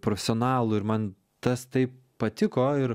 profesionalų ir man tas taip patiko ir